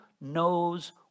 knows